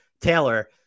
Taylor